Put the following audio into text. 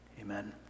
Amen